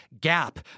gap